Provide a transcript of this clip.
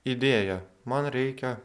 idėja man reikia